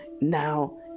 now